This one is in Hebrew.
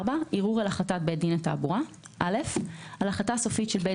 ערעור על החלטת בית דין לתעבורה24.(א)על החלטה סופית של בית